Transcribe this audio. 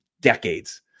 decades